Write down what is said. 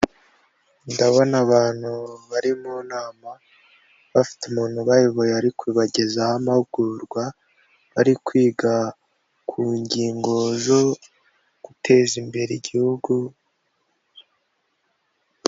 Ndabona abantu bari mu nama bafite umuntu bayoboye ariko kubagezaho amahugurwa, bari kwiga ku ngingo zo guteza imbere igihugu.